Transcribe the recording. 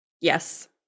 Yes